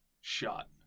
shot